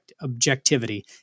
objectivity